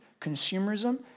consumerism